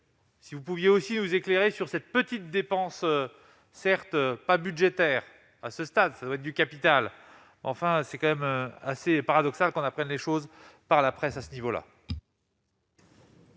Si vous pouviez aussi nous éclairer sur cette petite dépense certes pas budgétaires à ce stade, ça va être du capital, enfin c'est quand même assez paradoxal qu'on appelle les choses par la presse, à ce niveau-là.